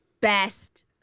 best